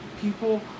people